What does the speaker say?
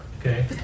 okay